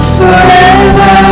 forever